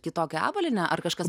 kitokią avalynę ar kažkas